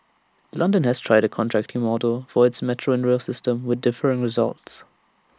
London has tried A contracting model for its metro and rail system with differing results